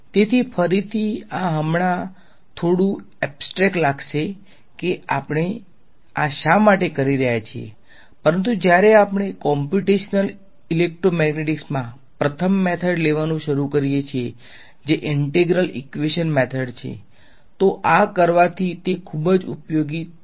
તેથી ફરીથી આ હમણાં થોડું એબ્સ્ટેક લાગશે કે આપણે આ શા માટે કરી રહ્યા છીએ પરંતુ જ્યારે આપણે કોમ્પ્યુટેશનલ ઇલેક્ટ્રોમેગ્નેટિકમાં પ્રથમ મેથડ લેવાનું શરૂ કરીએ છીએ જે ઈંટેગ્રલ ઈકવેશન મેથડ છે તો આ કરવાથી તે ખૂબ જ ઉપયોગી થશે